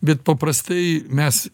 bet paprastai mes